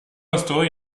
instaurer